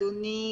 אדוני,